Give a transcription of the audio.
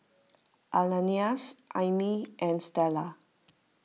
Ananias Aimee and Stella